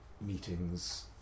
meetings